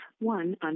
one